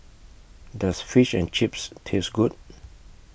Does Fish and Chips Taste Good